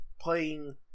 playing